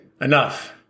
enough